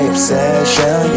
Obsession